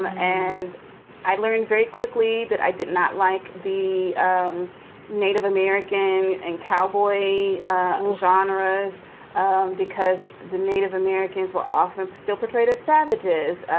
and i learned very quickly that i did not like the um native american and cowboy ah genre and because the native americans were often still portrayed as savages. and,